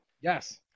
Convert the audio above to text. Yes